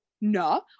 No